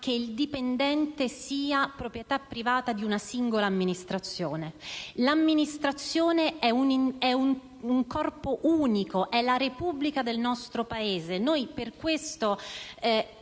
che il dipendente sia proprietà privata di una singola amministrazione. L'amministrazione è un corpo unico, è la Repubblica del nostro Paese.